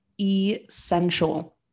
essential